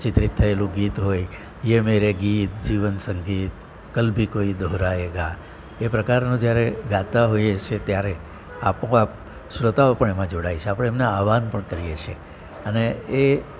ચિત્રિત થયેલું ગીત હોય યે મેરે ગીત જીવનસંગીત કલ ભી કોઈ દોહરાયેગા એ પ્રકારનું જ્યારે ગાતા હોઈએ છીએ ત્યારે આપોઆપ શ્રોતાઓ પણ એમાં જોડાય છે આપણે એમને આહ્વાન પણ કરીએ છીએ અને એ